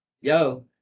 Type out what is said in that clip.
Yo